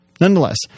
Nonetheless